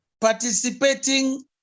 participating